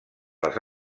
les